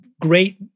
great